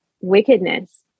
wickedness